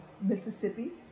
Mississippi